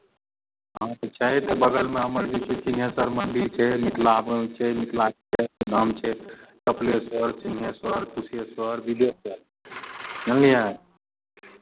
हँ तऽ चाही तऽ बगलमे हमर जे छै सिंहेश्वर मन्दिर छै मिथिला वन छै मिथिलाके गाम छै कपिलेश्वर सिंहेश्वर कुशेश्वर विदेश्वर जानलियै